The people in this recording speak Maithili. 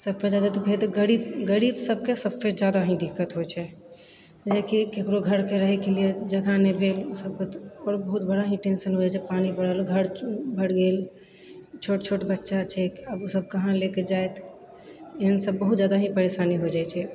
सबसँ ज्यादा तऽ गरीब गरीब सबके सबसँ ज्यादा ही दिक्कत होइ छै ककरो घरके रहैके लिए जगह नहि भेल ओ सबके तऽ आओर बहुत बड़ा ही टेन्शन हो जाइ छै पानी पड़ल घर भरि गेल छोट छोट बच्चा छै आब ओ सब कहाँ लऽ कऽ जैत एहन सब बहुत ज्यादा ही परेशानी हो जाइ छै